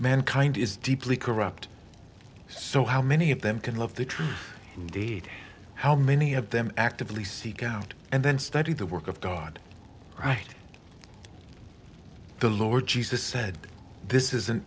mankind is deeply corrupt so how many of them can love the truth indeed how many of them actively seek out and then study the work of god right the lord jesus said this is an